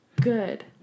good